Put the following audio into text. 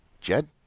Jed